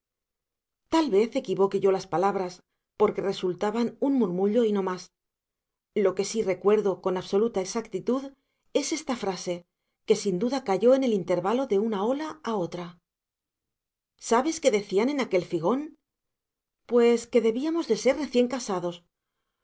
tal vez equivoque yo las palabras porque resultaban un murmullo y no más lo que sí recuerdo con absoluta exactitud es esta frase que sin duda cayó en el intervalo de una ola a otra sabes qué decían en aquel figón pues que debíamos de ser recién casados